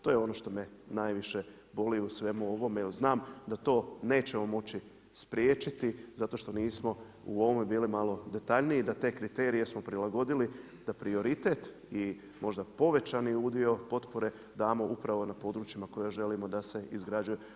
To je ono što me najviše boli u svemu ovome jel znam da to nećemo moći spriječiti zato što nismo u ovome bili malo detaljniji da te smo te kriterije prilagodili, da prioritet i možda povećani udio potpore damo upravo na područjima koja želimo da se izgrađuje.